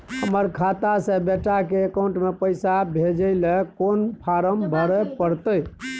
हमर खाता से बेटा के अकाउंट में पैसा भेजै ल कोन फारम भरै परतै?